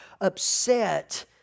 upset